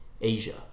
Asia